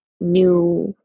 new